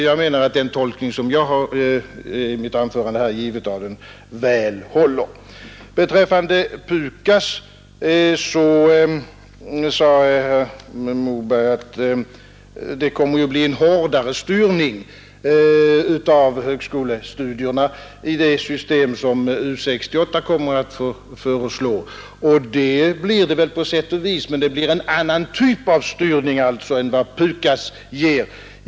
Jag menar att den tolkning som jag i mitt anförande har gett av UNESCO-konventionen håller väl. Herr Moberg sade att det system som U 68 ämnar föreslå kommer att medföra en hårdare styrning av högskolestudierna än PUKAS. Ja, det kommer det väl på sätt och vis att göra, men det blir en annan typ av styrning än PUKAS ger.